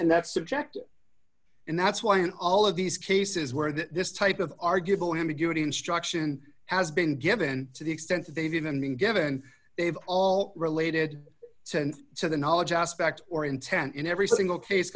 and that subject and that's why in all of these cases where this type of arguable ambiguity instruction has been given to the extent that they've even been given they've all related so and so the knowledge aspect or intent in every single case